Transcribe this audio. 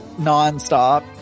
nonstop